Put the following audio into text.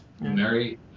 Mary